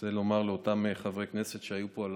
רוצה לומר לאותם חברי כנסת שהיו פה על